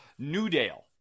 Newdale